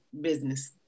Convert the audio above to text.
business